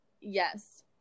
Yes